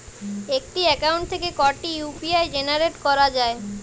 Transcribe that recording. একটি অ্যাকাউন্ট থেকে কটি ইউ.পি.আই জেনারেট করা যায়?